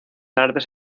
artes